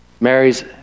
Mary's